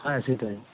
হ্যাঁ সেটাই